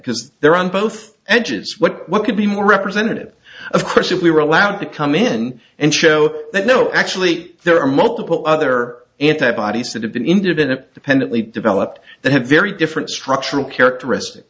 because they're on both edges what could be more representative of course if we were allowed to come in and show that no actually there are multiple other anti bodies that have been indicted in a dependently developed that have very different structural characteristics